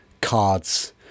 cards